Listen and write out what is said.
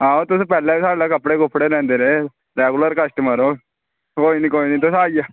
आं तुस पैह्लें बी साढ़े कोला कपड़े लैंदे रेह् रेगूलर कस्टमर ओ कोई निं कोई निं तुस आई जाओ